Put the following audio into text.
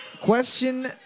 Question